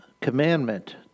commandment